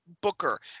booker